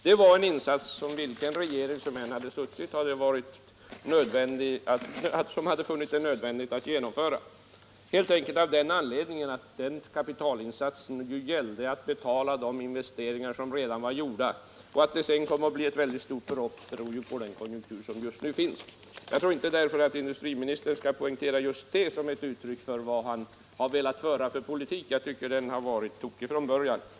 Det var en insats som vilken regering som än hade suttit vid makten skulle ha funnit nödvändig att genomföra, helt enkelt av den anledningen att det gällde att med den kapitalinsatsen betala de investeringar som redan var gjorda. Att det sedan kom att bli ett så stort belopp berodde ju på den konjunktur som just nu råder. Jag tror emellertid inte att industriministern därför bör poängtera detta såsom ett uttryck för den politik han har velat föra — jag tycker den politiken har varit tokig från början!